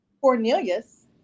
Cornelius